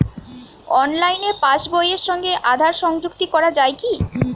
অনলাইনে পাশ বইয়ের সঙ্গে আধার সংযুক্তি করা যায় কি?